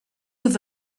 with